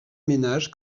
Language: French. ménage